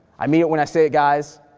i mean it when i say it guys,